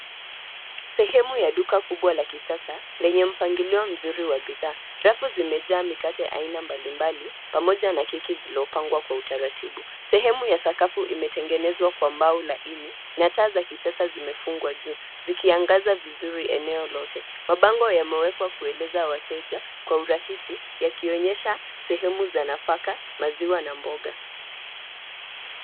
Sehemu ya duka kubwa la kisasa lenye mpangilio mzuri wa bidhaa. Rafu zimejaa mikate aina mbalimbali, pamoja na keki zilopangwa kwa utaratibu. Sehemu ya sakafu imetengenezwa kwa mbao laini, na taa za kisasa zimefungwa juu, zikiangaza vizuri eneo lote. Mabango yamewekwa kueleza wateja, kwa urahisi, yakionyesha, sehemu za nafaka, maziwa na mboga.